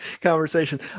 conversation